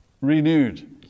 renewed